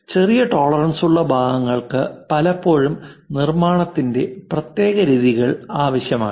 ചെറിയ ടോളറൻസുള്ള ഭാഗങ്ങൾക്ക് പലപ്പോഴും നിർമ്മാണത്തിന്റെ പ്രത്യേക രീതികൾ ആവശ്യമാണ്